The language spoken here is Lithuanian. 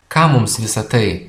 kam mums visa tai